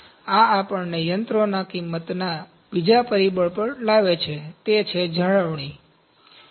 તેથી આ આપણને યંત્રોના કિંમતના બીજા પરિબળ પર લાવે છે તે જાળવણી છે